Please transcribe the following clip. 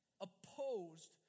opposed